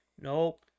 Nope